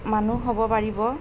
মানুহ হ'ব পাৰিব